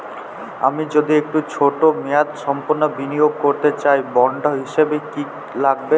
আমি যদি একটু ছোট মেয়াদসম্পন্ন বিনিয়োগ করতে চাই বন্ড হিসেবে কী কী লাগবে?